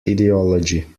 ideology